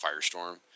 Firestorm